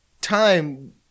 time